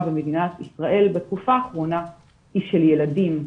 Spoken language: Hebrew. במדינת ישראל בתקופה האחרונה היא של ילדים.